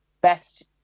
best